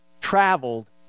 traveled